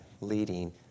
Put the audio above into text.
leading